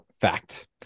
fact